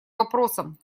вопросам